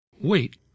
Wait